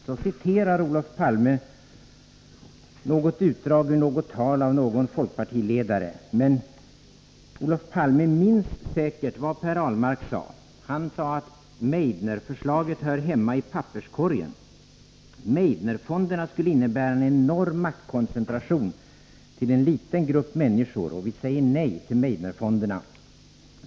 Så citerar Olof Palme något utdrag ur något tal av någon folkpartiledare. Men Olof Palme minns säkert vad Per Ahlmark sade: ”Meidnerförslaget hör hemma i papperskorgen. Meidnerfonderna skulle innebära en enorm maktkoncentration till en liten grupp människor, och vi säger nej till Meidnerfonderna.